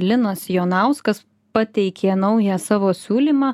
linas jonauskas pateikė naują savo siūlymą